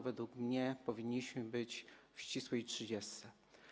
Według mnie powinniśmy być w ścisłej trzydziestce.